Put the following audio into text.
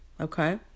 Okay